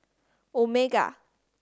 omega